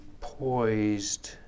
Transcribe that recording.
poised